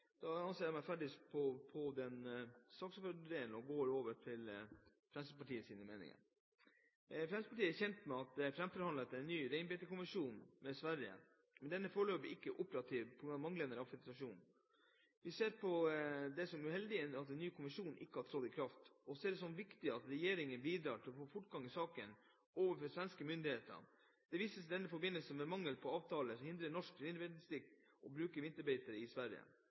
Da anser jeg meg ferdig med saksordførerdelen, og går over til Fremskrittspartiets meninger. Fremskrittspartiet er kjent med at det er framforhandlet en ny reinbeitekonvensjon med Sverige, men at den foreløpig ikke er operativ på grunn av manglende ratifikasjon. Vi ser det som uheldig at en ny konvensjon ikke har trådt i kraft, og ser det som viktig at regjeringen bidrar til å få fortgang i saken overfor svenske myndigheter. Det vises i den forbindelse til at mangel på avtale hindrer norske reinbeitedistrikter i å bruke vinterbeiter i Sverige.